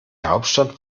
hauptstadt